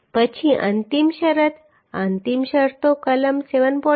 પછી અંતિમ શરત અંતિમ શરતો કલમ 7